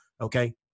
okay